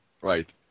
Right